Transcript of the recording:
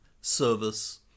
service